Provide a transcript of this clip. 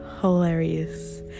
hilarious